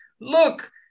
look